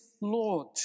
Lord